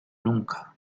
nunca